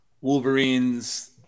Wolverine's